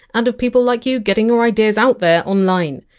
and of people like you getting your ideas out there online.